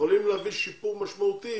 יכולים להביא שיפור משמעותי